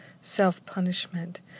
self-punishment